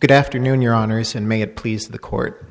good afternoon your honor is in may it please the court